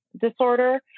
disorder